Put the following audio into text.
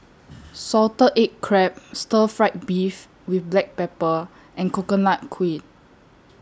Salted Egg Crab Stir Fried Beef with Black Pepper and Coconut Kuih